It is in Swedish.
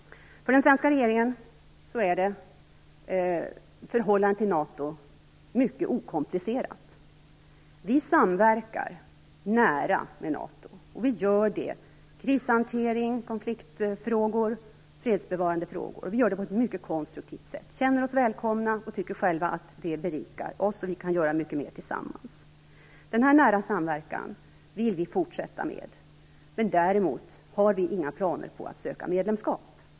För den svenska regeringen är förhållandet till NATO helt okomplicerat. Vi samverkar nära med NATO i fråga om krishantering, konfliktfrågor, fredsbevarande frågor. Vi gör det på ett mycket konstruktivt sätt, vi känner oss välkomna och tycker själva att det berikar. Vi kan göra mycket mer tillsammans. Den här nära samverkan vill vi fortsätta med, men däremot har vi inga planer på att söka medlemskap.